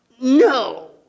no